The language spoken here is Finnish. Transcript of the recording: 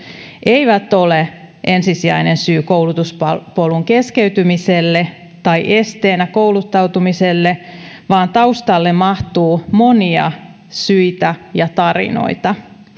eivät ole ensisijainen syy koulutuspolun keskeytymiselle tai esteenä kouluttautumiselle vaan taustalle mahtuu monia syitä ja tarinoita